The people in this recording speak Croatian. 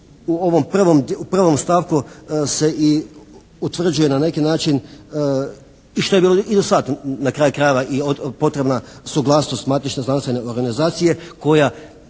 u prvom stavku se i utvrđuje na neki način i što je bilo i do sad na kraju krajeva i od, potrebna suglasnost matične znanstvene organizacije koja